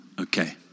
Okay